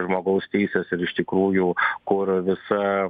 žmogaus teisės ir iš tikrųjų kur visa